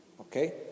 Okay